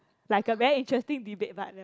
like a very interesting debate but never